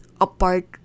apart